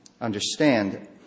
understand